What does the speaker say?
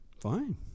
Fine